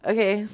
Okay